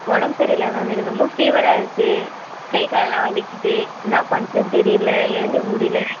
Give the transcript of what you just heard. உடம்பு சரியில்லை மேம் எனக்கு ரொம்ப ஃபீவராக இருக்கு கை காலெல்லாம் வலிக்குது என்னா பண்ணுறதுன்னு தெரியலை எழுந்துக்க முடியல